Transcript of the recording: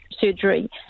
surgery